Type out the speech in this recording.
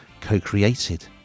co-created